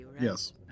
Yes